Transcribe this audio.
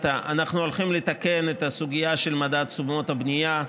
אנחנו הולכים לתקן את הסוגיה של מדד תשומות הבנייה,